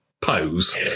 pose